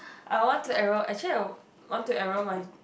I want to enroll actually I would want to enroll my